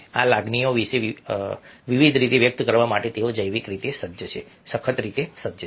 આ લાગણીઓને વિવિધ રીતે વ્યક્ત કરવા માટે તેઓ જૈવિક રીતે સજ્જ છે સખત રીતે સજ્જ છે